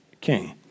king